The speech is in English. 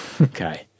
Okay